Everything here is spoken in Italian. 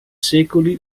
secoli